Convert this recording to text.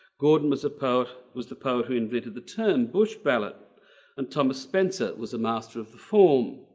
gordon was a poet was the poet who invented the term bush ballad and thomas spencer was a master of the form.